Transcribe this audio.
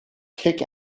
kick